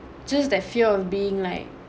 just that fear of being like